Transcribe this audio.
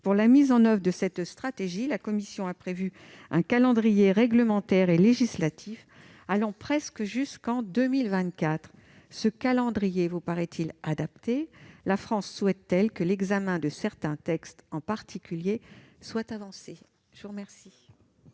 Pour la mise en oeuvre de cette stratégie, la Commission a prévu un calendrier réglementaire et législatif allant presque jusqu'en 2024. Ce calendrier vous paraît-il adapté ? La France souhaite-t-elle que l'examen de certains textes soit avancé ? La parole